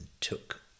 took